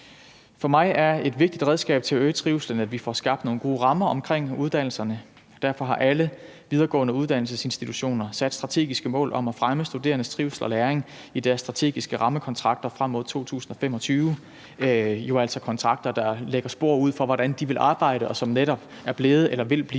For mig er et vigtigt redskab til at øge trivslen, at vi får skabt nogle gode rammer omkring uddannelserne. Derfor har alle videregående uddannelsesinstitutioner sat strategiske mål om at fremme studerendes trivsel og læring i deres strategiske rammekontrakter frem mod 2025, og det er jo altså kontrakter, der lægger spor ud for, hvordan de vil arbejde, og som netop er blevet eller vil blive